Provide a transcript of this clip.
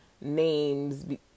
names